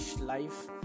life